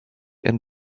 and